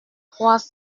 trois